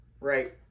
right